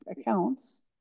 accounts